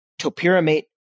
topiramate